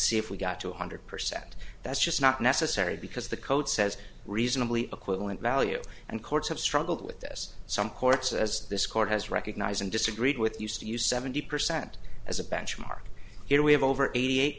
see if we got two hundred percent that's just not necessary because the code says reasonably equivalent value and courts have struggled with this some courts as this court has recognized and disagreed with used to use seventy percent as a benchmark here we have over eighty eight